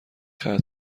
ختم